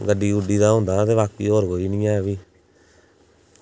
गड्डी दा होंदा बाकी होर कोई निं ऐ